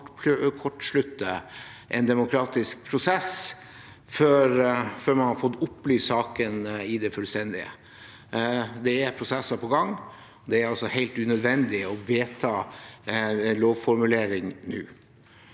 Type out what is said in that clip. å kortslutte en demokratisk prosess før man har fått opplyst saken i det fullstendige. Det er prosesser på gang, og det er altså helt unødvendig å vedta en lovformulering nå.